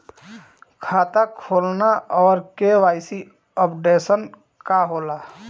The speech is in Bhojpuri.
खाता खोलना और के.वाइ.सी अपडेशन का होला?